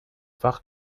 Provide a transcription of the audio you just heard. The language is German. fach